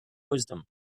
wisdom